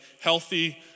healthy